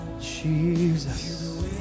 Jesus